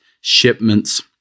shipments